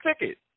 ticket